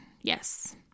Yes